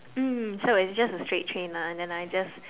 mm so it's just a straight train ah then I just